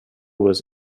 was